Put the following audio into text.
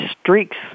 streaks